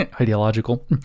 ideological